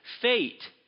fate